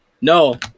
No